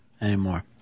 anymore